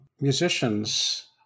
musicians